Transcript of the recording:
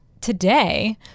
today